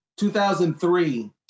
2003